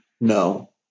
No